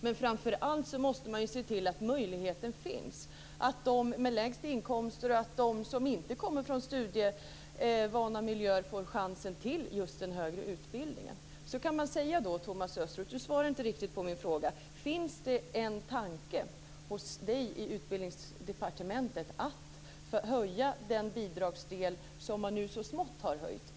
Men framför allt måste man ju se till att möjligheten finns, att de som har lägst inkomster och att de som inte kommer från studievana miljöer får chansen till den högre utbildningen. Thomas Östros svarade inte riktigt på min fråga om det finns en tanke hos honom i Utbildningsdepartementet att höja den bidragsdel som man nu så smått har höjt.